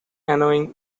annoying